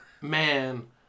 Man